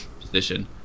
position